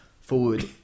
forward